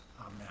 Amen